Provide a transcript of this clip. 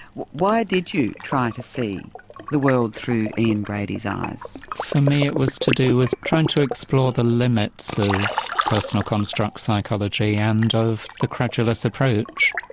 why did you try to see the world through ian brady's eyes? for me it was to do with trying to explore the limits of personal construct psychology and of the credulous approach.